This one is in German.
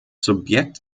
subjekt